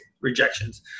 rejections